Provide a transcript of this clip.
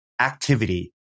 activity